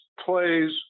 plays